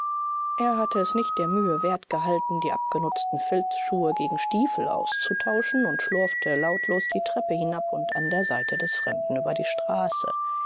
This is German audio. er hatte es nicht der mühe wert gehalten die abgenutzten filzschuhe gegen stiefel auszutauschen und schlurfte lautlos die treppe hinab und an der seite des fremden über die straße